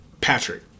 Patrick